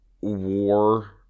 war